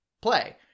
play